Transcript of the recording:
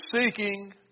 seeking